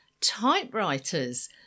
typewriters